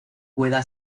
pueda